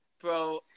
Bro